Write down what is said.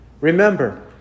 Remember